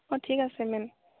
অঁ ঠিক আছে মেম